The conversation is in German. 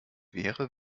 wäre